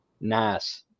Nice